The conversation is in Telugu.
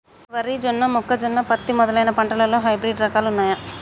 వరి జొన్న మొక్కజొన్న పత్తి మొదలైన పంటలలో హైబ్రిడ్ రకాలు ఉన్నయా?